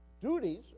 duties